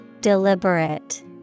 Deliberate